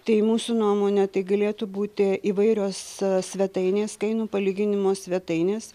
tai mūsų nuomone tai galėtų būti įvairios svetainės kainų palyginimo svetainės